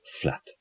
flat